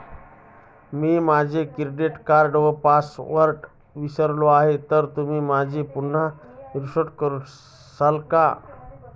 मी माझा क्रेडिट कार्डचा पासवर्ड विसरलो आहे तर तुम्ही तो पुन्हा रीसेट करून द्याल का?